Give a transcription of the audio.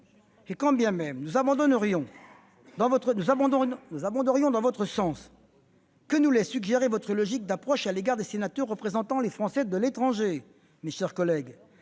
Quand bien même nous abonderions dans votre sens, que nous laisse suggérer votre logique d'approche à l'égard des sénateurs représentant les Français de l'étranger, si ce n'est